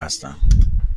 هستم